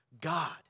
God